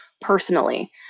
personally